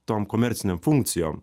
tom komercinėm finkcijom